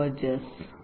Rogers the R